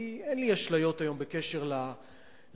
כי אין לי אשליות היום בקשר לרוב,